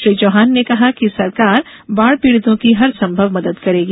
श्री चौहान ने कहा कि सरकार बाढ़ पीड़ितों की हर संभव मदद करेगी